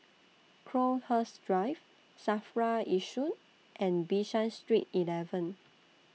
Crowhurst Drive SAFRA Yishun and Bishan Street eleven